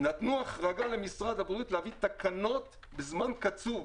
נתנו החרגה למשרד הבריאות להביא תקנות בזמן קצוב.